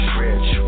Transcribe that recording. rich